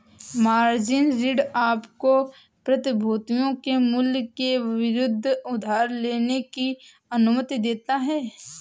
margin ऋण आपको प्रतिभूतियों के मूल्य के विरुद्ध उधार लेने की अनुमति देता है